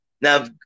Now